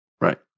Right